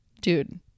dude